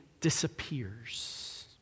disappears